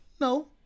No